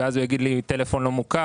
ואז הוא יגיד לי: "טלפון לא מוכר",